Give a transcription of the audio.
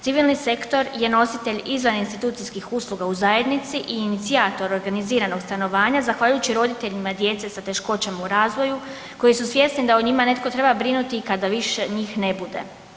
Civilni sektor je nositelj izvan institucijskih usluga u zajednici i inicijator organiziranog stanovanja zahvaljujući roditeljima djece sa teškoćama u razvoju koji su svjesni da o njim netko treba brinuti i kada više njih ne bude.